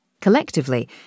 Collectively